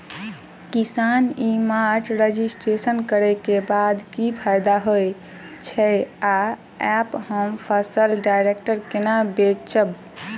किसान e mart registration करै केँ बाद की फायदा होइ छै आ ऐप हम फसल डायरेक्ट केना बेचब?